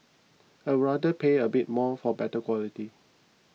I rather pay a bit more for better quality